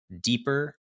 deeper